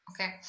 Okay